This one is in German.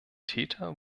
täter